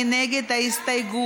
מי נגד ההסתייגות?